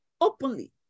openly